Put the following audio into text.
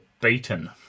beaten